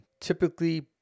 typically